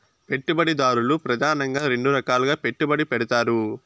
పెట్టుబడిదారులు ప్రెదానంగా రెండు రకాలుగా పెట్టుబడి పెడతారు